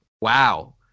Wow